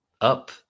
up